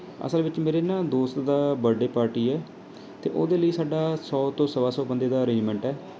ਅਸਲ ਵਿੱਚ ਮੇਰੇ ਨਾ ਦੋਸਤ ਦਾ ਬਰਡੇ ਪਾਰਟੀ ਹੈ ਅਤੇ ਉਹਦੇ ਲਈ ਸਾਡਾ ਸੌ ਤੋਂ ਸਵਾ ਸੌ ਬੰਦੇ ਦਾ ਅਰੇਂਜਮੈਂਟ ਹੈ